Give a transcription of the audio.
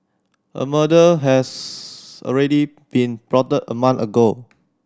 a murder has already been plotted a month ago